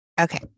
Okay